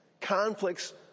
Conflicts